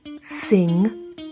sing